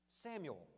Samuel